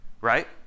right